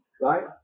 right